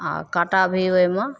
आओर काँटा भी ओहिमे